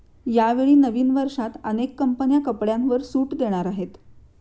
यावेळी नवीन वर्षात अनेक कंपन्या कपड्यांवर सूट देणार आहेत